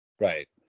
right